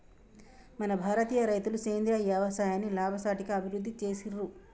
మన భారతీయ రైతులు సేంద్రీయ యవసాయాన్ని లాభసాటిగా అభివృద్ధి చేసిర్రు